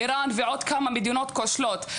איראן ועוד כמה מדינות כושלות".